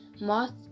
Moth